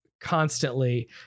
constantly